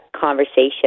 conversation